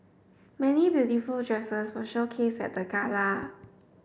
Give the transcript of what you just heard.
many beautiful dresses were showcased at the gala